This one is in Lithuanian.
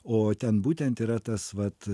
o ten būtent yra tas vat